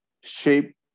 shape